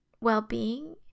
well-being